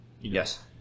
Yes